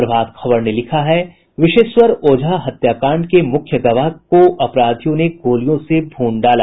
प्रभात खबर ने लिखा है विशेश्वर ओझा हत्या कांड के मुख्य गवाह को अपराधियों ने गोलियों से भून डाला